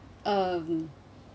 um